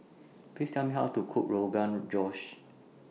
Please Tell Me How to Cook Rogan Josh